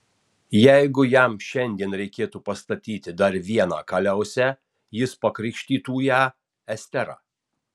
jeigu jam šiandien reikėtų pastatyti dar vieną kaliausę jis pakrikštytų ją estera